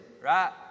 right